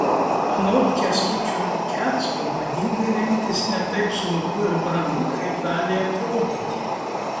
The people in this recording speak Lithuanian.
anot kęstučio lekecko madingai rengtis ne taip sunku ir brangu kaip gali atrodyti